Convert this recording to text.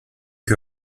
che